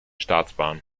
staatsbahn